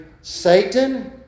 Satan